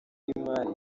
w’imari